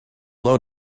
low